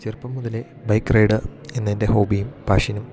ചെറുപ്പം മുതലേ bike ride എന്ന എൻ്റെ ഹോബിയും പാഷനും